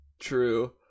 True